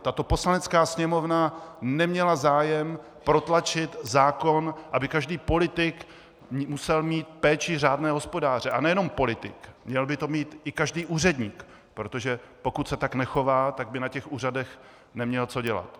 Tato Poslanecká sněmovna neměla zájem protlačit zákon, aby každý politik musel mít péči řádného hospodáře, a nejenom politik, měl by to mít i každý úředník, protože pokud se tak nechová, tak by na úřadech neměl co dělat.